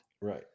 Right